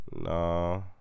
Nah